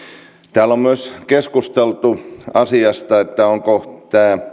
täällä on myös keskusteltu siitä onko tämä